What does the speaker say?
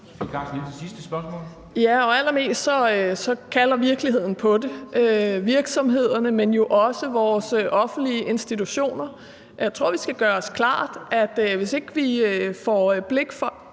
Sofie Carsten Nielsen (RV): Og allermest kalder virkeligheden på det: Virksomhederne, men jo også vores offentlige institutioner. Jeg tror, vi skal gøre os klart, at hvis ikke vi får blik for